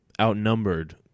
outnumbered